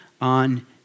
on